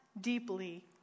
deeply